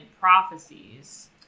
prophecies